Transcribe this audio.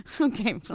Okay